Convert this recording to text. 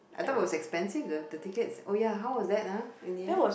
I thought was expensive the the ticket oh ya how was that ah in the end